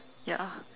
ya